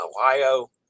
Ohio